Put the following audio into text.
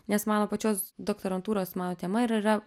nes mano pačios doktorantūros mano tema ir yra